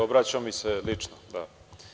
Obraća mi se lično, da.